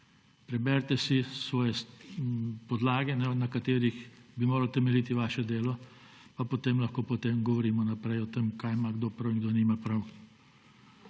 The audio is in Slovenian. Preberite si svoje podlage, na katerih bi moralo temeljiti vaše delo, pa potem lahko govorimo naprej o tem, kaj ima kdo prav in kdo nima prav.